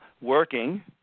working